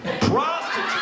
Prostitute